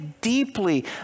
deeply